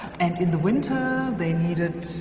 and in the winter, they needed